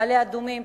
מעלה-אדומים,